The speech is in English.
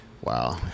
wow